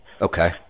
Okay